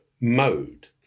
mode